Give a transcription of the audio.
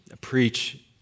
preach